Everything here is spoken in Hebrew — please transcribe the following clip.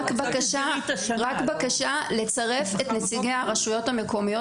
רק בקשה לצרף את נציגי הרשויות המקומיות